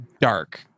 dark